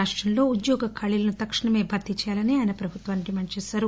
రాష్టంలో ఉద్యోగ ఖాళీలను తక్షణమే భర్తీ చేయాలని ఆయన ప్రభుత్వాన్ని డిమాండ్ చేశారు